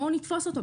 בואו נתפוס אותו,